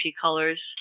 colors